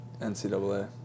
NCAA